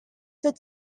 would